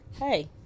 Hey